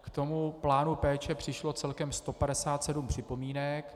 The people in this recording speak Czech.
K tomu plánu péče přišlo celkem 157 připomínek.